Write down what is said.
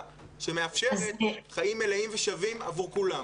שמאפשרת חיים מלאים ושווים עבור כולם.